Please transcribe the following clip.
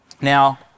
Now